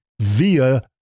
via